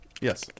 Yes